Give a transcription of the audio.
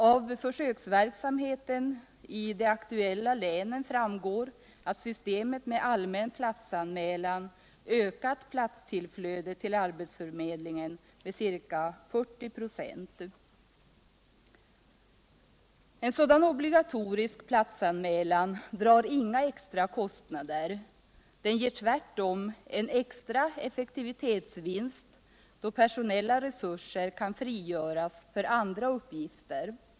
Av försöksverksamheten i de aktuella länen framgår att systemet med allmän platsanmälan ökat tillflödet till arbetsförmedlingen med ca 40 96. En sådan obligatorisk platsanmälan drar inga extra kostnader, den ger tvärtom en extra effektivitetsvinst då personella resurser kan frigöras för andra uppgifter.